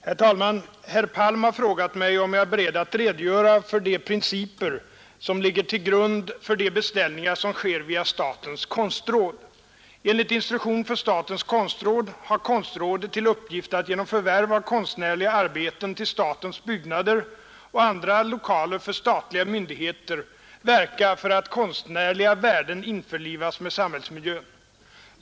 Herr talman! Herr Palm har frågat mig om jag är beredd att redogöra för de principer som ligger till grund för de beställningar som sker via statens konstråd. Enligt instruktion för statens konstråd har konstrådet till uppgift att genom förvärv av konstnärliga arbeten till statens byggnader och andra lokaler för statliga myndigheter verka för att konstnärliga värden införlivas med samhällsmiljön.